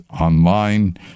online